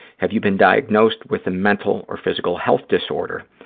have you been diagnosed with a mental or physical health disorder?